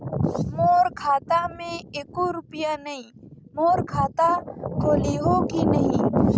मोर खाता मे एको रुपिया नइ, मोर खाता खोलिहो की नहीं?